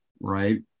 Right